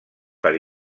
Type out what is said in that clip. per